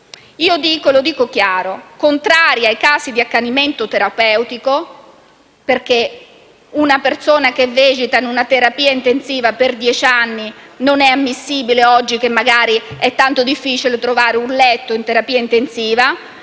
Lo dico chiaramente: sono contraria ai casi di accanimento terapeutico, perché una persona che vegeta in terapia intensiva per dieci anni non è ammissibile oggi, quando è tanto difficile trovare un letto in terapia intensiva,